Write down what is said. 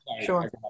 sure